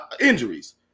injuries